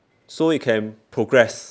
so you can progress